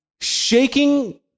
shaking